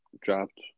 dropped